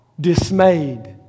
dismayed